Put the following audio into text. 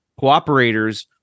cooperators